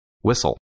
whistle